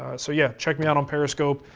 ah so, yeah, check me out on periscope,